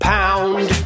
Pound